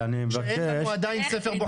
כשאין לנו עדיין ספר בוחרים?